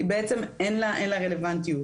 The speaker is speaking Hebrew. בעצם אין לה רלוונטיות.